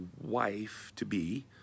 wife-to-be